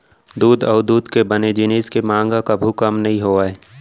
दूद अउ दूद के बने जिनिस के मांग ह कभू कम नइ होवय